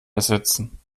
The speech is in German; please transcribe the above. ersetzen